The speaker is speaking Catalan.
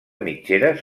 mitgeres